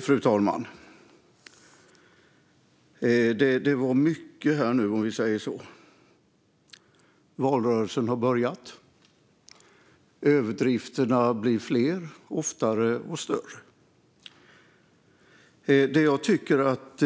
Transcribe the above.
Fru talman! Det var mycket här nu, om vi säger så. Valrörelsen har börjat. Överdrifterna blir fler och större, och de kommer oftare. Det jag tycker att